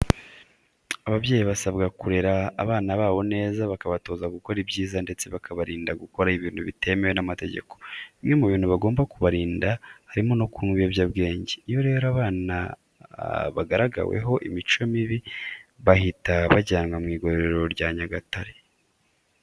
Ababyeyi basabwa kurera abana babo neza bakabatoza gukora ibyiza ndetse bakabarinda gukora ibintu bitemewe n'amategeko. Bimwe mu bintu bagomba kubarinda harimo no kunywa ibiyobyabwenge. Iyo rero hari abana bagaragaweho imico mibi bahita bajyanwa mu igororero rya Nyagatare.